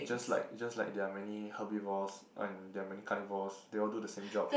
just like just like there are many herbivores and there are many carnivores they all do the same job